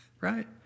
right